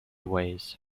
ways